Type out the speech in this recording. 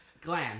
Glenn